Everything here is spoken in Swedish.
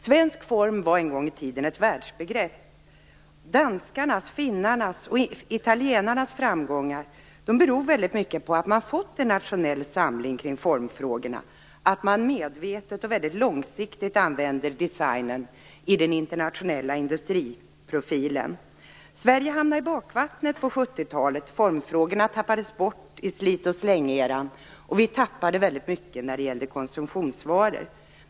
Svensk form var en gång i tiden ett världsbegrepp. Danskarnas, finländarnas och italienarnas framgångar beror väldigt mycket på att man fått en nationell samling kring formfrågorna och att man medvetet och långsiktigt använder designen i den internationella industriprofilen. Sverige hamnade i bakvattnet på 70-talet. Formfrågorna tappades bort i slit-och-släng-eran, och vi tappade väldigt mycket när det gällde konsumtionsvaror.